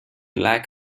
lack